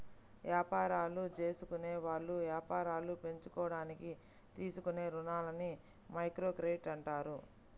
యాపారాలు జేసుకునేవాళ్ళు యాపారాలు పెంచుకోడానికి తీసుకునే రుణాలని మైక్రోక్రెడిట్ అంటారు